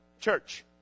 church